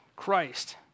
Christ